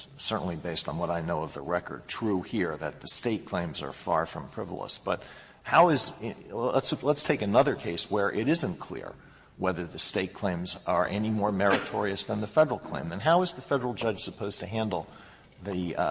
certainly, based on what i know of the record, true here, that the state claims are far from frivolous. but how is let's let's take another case, where it isn't clear whether the state claims are any more meritorious than the federal claim. then and how is the federal judge supposed to handle the